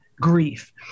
grief